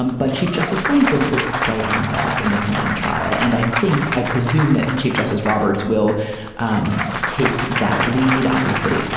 um but chief justice rehnquist was quite hands off in the clinton trial. and i think i presume that chief justice roberts will um take that lead. obviously,